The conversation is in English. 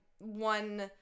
one